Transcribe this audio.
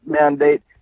mandate